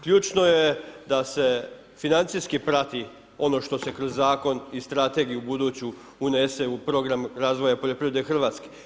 Ključno je da se financijski prati oko što se kroz Zakon i strategiju buduću unese u program razvoja poljoprivrede Hrvatske.